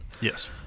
Yes